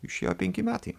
išėjo penki metai